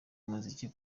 umuziki